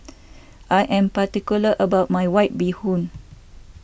I am particular about my White Bee Hoon